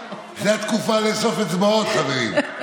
זה התקופה לאסוף אצבעות, חברים.